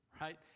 right